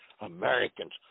Americans